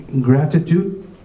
Gratitude